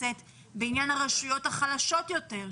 אבל עלתה פה עוד שאלה מצד כמה חברי כנסת בעניין הרשויות החלשות יותר,